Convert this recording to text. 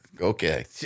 Okay